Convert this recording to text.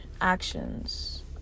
actions